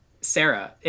Sarah